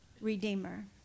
Redeemer